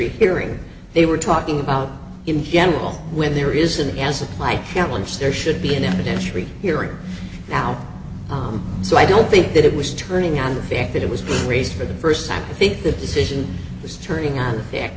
hearing they were talking about in general when there is an answer to my challenge there should be an epidemic hearing now so i don't think that it was turning on the fact that it was being raised for the first time i think the decision was turning on the